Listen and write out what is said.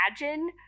imagine